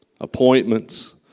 appointments